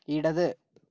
ഇടത്